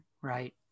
right